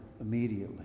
immediately